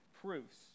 proofs